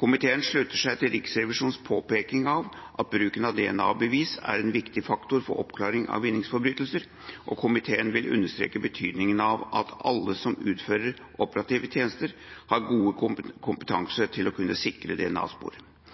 Komiteen slutter seg til Riksrevisjonens påpekning av at bruken av DNA-bevis er en viktig faktor for oppklaring av vinningsforbrytelser. Komiteen vil understreke betydninga av at alle som utfører operativ tjeneste, har god kompetanse til å kunne sikre DNA-spor. Selv om antallet anmeldelser har gått ned, er det